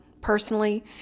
Personally